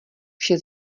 vše